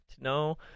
no